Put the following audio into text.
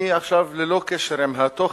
ללא קשר עם התוכן,